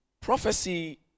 prophecy